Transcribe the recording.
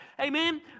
Amen